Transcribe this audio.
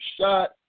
shot